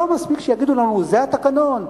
לא מספיק שיגידו לנו: זה התקנון,